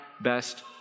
Best